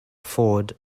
ford